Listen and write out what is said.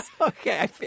Okay